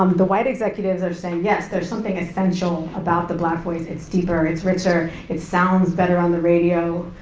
um the white executives are saying, yes, there's something essential about the black voice, it's deeper, it's richer, it sounds better on the radio,